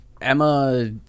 Emma